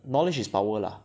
knowledge is power lah